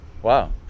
Wow